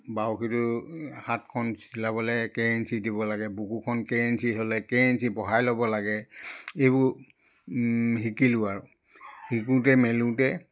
বাউসীটো হাতখন চিলাবলৈ কেই ইঞ্চি দিব লাগে বুকুখন কেই ইঞ্চি হ'লে কেই ইঞ্চি বঢ়াই ল'ব লাগে এইবোৰ শিকিলোঁ আৰু শিকোঁতে মেলোঁতে